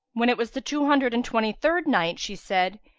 when it was the two hundred and twenty-third night, she said,